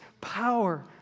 power